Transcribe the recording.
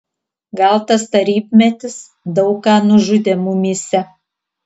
gal tas tarybmetis daug ką nužudė mumyse